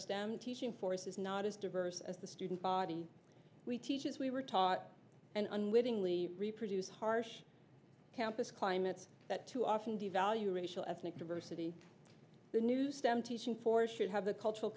stem teaching force is not as diverse as the student body we teach as we were taught and unwittingly reproduce harsh campus climate's that too often devalue racial ethnic diversity the new stem teaching for should have the cultural